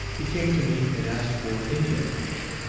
he came to me and asked for india ink.